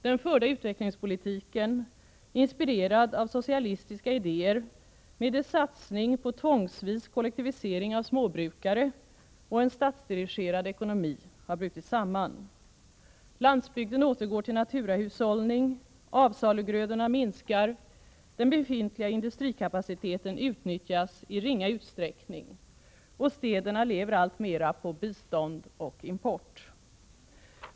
Den förda utvecklingspolitiken, inspirerad av socialistiska idéer, med dess satsning på tvångsvis kollektivisering av småbrukare och en statsdirigerad ekonomi har brutit samman. Landsbygden återgår till naturahushållning. Avsalugrödorna minskar. Den befintliga industrikapaciteten utnyttjas i ringa utsträckning, och städerna lever alltmera på bistånd och import.